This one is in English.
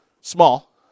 Small